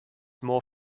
more